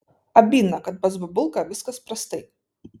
abydna kad pas babulką viskas prastai